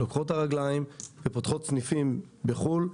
לוקחות את הרגליים ופותחות סניפים בחו"ל.